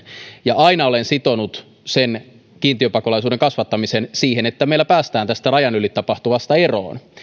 ja aina olen sitonut sen kiintiöpakolaisuuden kasvattamisen siihen että meillä päästään tästä rajan yli tapahtuvasta eroon